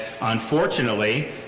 unfortunately